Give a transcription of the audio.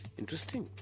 interesting